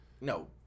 No